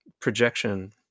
projection